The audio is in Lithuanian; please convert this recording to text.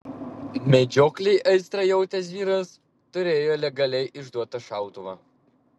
medžioklei aistrą jautęs vyras turėjo legaliai išduotą šautuvą